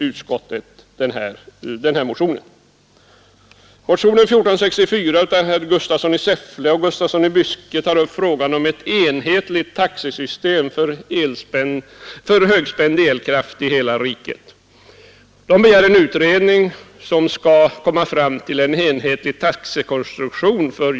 Utskottet avstyrker därför motionen.